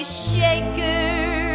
shaker